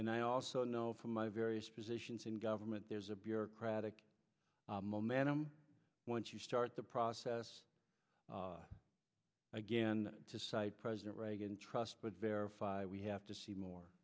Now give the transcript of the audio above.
and i also know from my various positions in government there's a bureaucratic momentum once you start the process again to cite president reagan trust but verify we have to see more